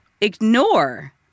ignore